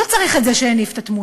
לא צריך את זה שהניף את התמונה.